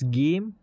game